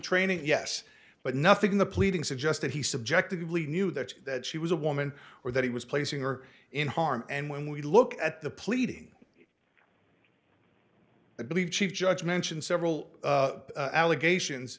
training yes but nothing in the pleading suggested he subjectively knew that that she was a woman or that he was placing her in harm and when we look at the pleading i believe chief judge mentioned several allegations